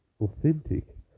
authentic